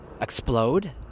explode